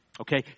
Okay